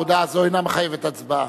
הודעה זו אינה מחייבת הצבעה.